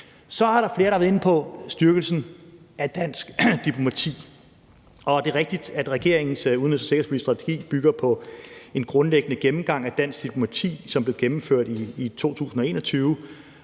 flere, der har været inde på styrkelsen af dansk diplomati. Det er rigtigt, at regeringens udenrigs- og sikkerhedspolitiske strategi bygger på en grundlæggende gennemgang af dansk diplomati, som blev gennemført i 2021.